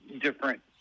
different